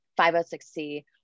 506C